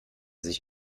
sich